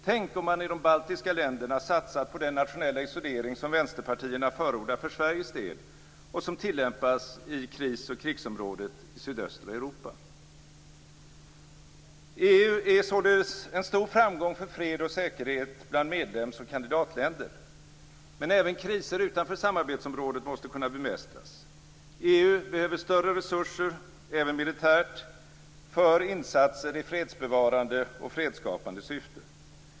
Tänk om man i de baltiska länderna satsat på den nationella isolering som vänsterpartierna förordar för Sveriges del och som tillämpas i kris och krigsområdet i sydöstra Europa! EU är således en stor framgång för fred och säkerhet bland medlems och kandidatländer. Men även kriser utanför samarbetsområdet måste kunna bemästras. EU behöver större resurser, även militärt, för insatser i fredsbevarande och fredsskapande syfte.